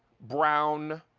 brown,